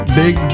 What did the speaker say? big